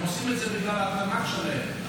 הם עושים את זה בגלל התנ"ך שלהם.